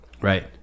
Right